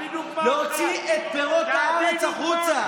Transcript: אלא להוציא את פירות הארץ החוצה,